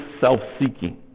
self-seeking